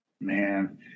Man